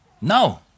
No